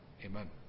Amen